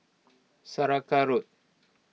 Saraca Road